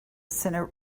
senate